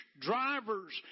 drivers